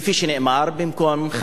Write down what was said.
במקום חמישה בניינים,